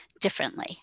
differently